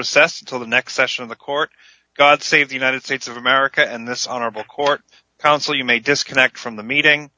recess until the next session of the court god save the united states of america and this honorable court counsel you may disconnect from the meeting